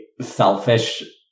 selfish